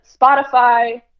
Spotify